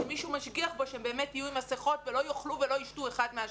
שמישהו משגיח בו שהם באמת יהיו עם מסכות ולא יאכלו ולא יישתו אחד מהשני.